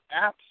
apps